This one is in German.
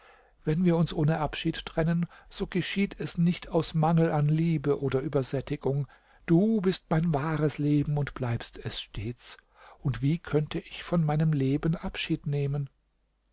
wenn wir uns ohne abschied trennen so geschieht es nicht aus mangel an liebe oder übersättigung du bist mein wahres leben und bleibst es stets und wie könnte ich von meinem leben abschied nehmen